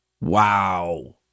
Wow